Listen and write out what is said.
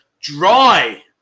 dry